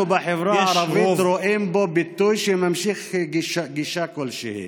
אנחנו בחברה הערבית רואים בו ביטוי שממשיך גישה כלשהי.